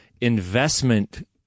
investment